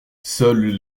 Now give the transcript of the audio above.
seuls